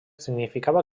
significava